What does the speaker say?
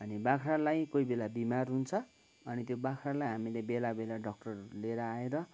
अनि बाख्रालाई कोही बेला बिमार हुन्छ अनि त्यो बाख्रालाई हामीले बेला बेला डक्टरहरू लिएर आएर